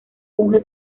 funge